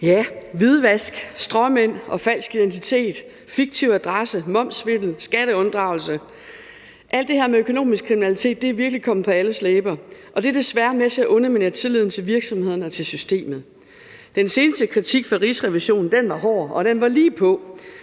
Tak. Hvidvask, stråmænd, falsk identitet, fiktiv adresse, momssvindel, skatteunddragelse – alt det her med økonomisk kriminalitet – er virkelig kommet på alles læber, og det er desværre med til at underminere tilliden til virksomhederne og til systemet. Den seneste kritik fra Rigsrevisionen var hård, og den var lige på;